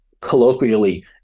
colloquially